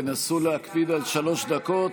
תנסו להקפיד על שלוש דקות,